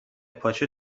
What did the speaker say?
پاچه